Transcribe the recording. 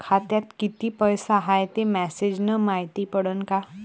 खात्यात किती पैसा हाय ते मेसेज न मायती पडन का?